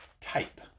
type